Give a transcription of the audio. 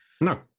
No